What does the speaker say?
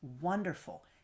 wonderful